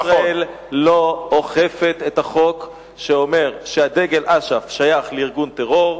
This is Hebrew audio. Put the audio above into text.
למה משטרת ישראל לא אוכפת את החוק שאומר שדגל אש"ף שייך לארגון טרור,